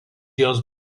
jos